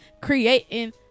creating